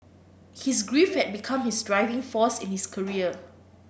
his grief had become his driving force in his career